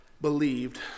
believed